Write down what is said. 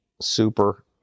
super